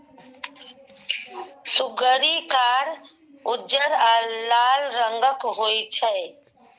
सुग्गरि कार, उज्जर आ लाल रंगक होइ छै